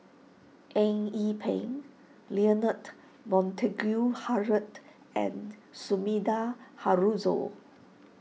Eng Yee Peng Leonard Montague Harrod and Sumida Haruzo